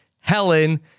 Helen